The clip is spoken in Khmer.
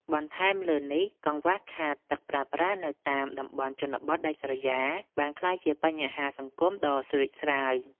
បន្ថែមលើនេះ កង្វះខាតទឹកប្រើប្រាស់នៅតាមតំបន់ជនបទដាច់ស្រយាលបានក្លាយជាបញ្ហាសង្គមដ៏ស្រួចស្រាវ។